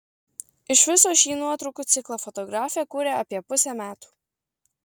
iš viso šį nuotraukų ciklą fotografė kūrė apie pusę metų